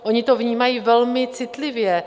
oni to vnímají velmi citlivě.